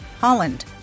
Holland